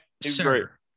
Sir